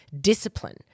discipline